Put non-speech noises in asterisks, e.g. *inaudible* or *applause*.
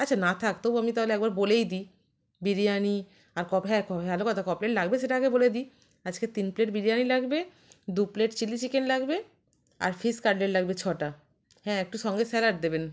আচ্ছা না থাক তবু আমি তাহলে একবার বলেই দিই বিরিয়ানি আর *unintelligible* হ্যাঁ *unintelligible* ভালো কথা ক প্লেট লাগবে সেটা আগে বলে দিই আজকে তিন প্লেট বিরিয়ানি লাগবে দু প্লেট চিলি চিকেন লাগবে আর ফিস কাটলেট লাগবে ছটা হ্যাঁ একটু সঙ্গে স্যালাড দেবেন